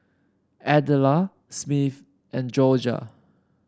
Adela Smith and Jorja